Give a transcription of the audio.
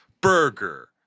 burger